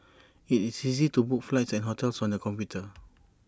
IT is easy to book flights and hotels on the computer